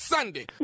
Sunday